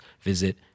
visit